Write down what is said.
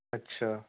ਅੱਛਾ